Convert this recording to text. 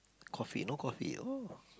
coffee no coffee oh